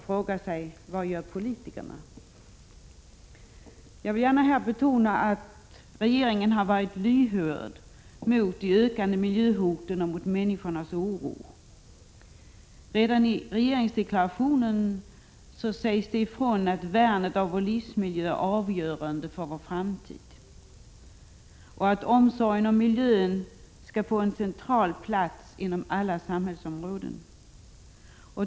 Jag vill här gärna betona att regeringen har varit lyhörd för de ökande miljöhoten och människornas oro. Redan i regeringsdeklarationen sägs det ifrån att värnet av vår livsmiljö är avgörande för vår framtid. Omsorgen om miljön skall få en central plats inom alla samhällsområden.